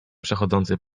przechodzący